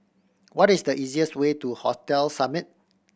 what is the easiest way to Hotel Summit